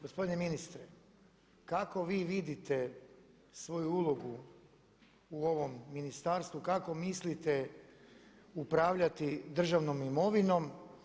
Gospodine ministre, kako vi vidite svoju ulogu u ovom ministarstvu, kako mislite upravljati državnom imovinom?